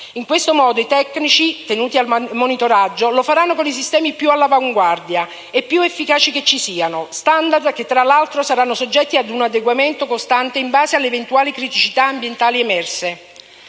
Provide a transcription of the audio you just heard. In questo modo, i tecnici tenuti al monitoraggio lo faranno con i sistemi più all'avanguardia e più efficaci che ci siano, con *standard* che, tra l'altro, saranno soggetti ad un adeguamento costante in base alle eventuali criticità ambientali emerse.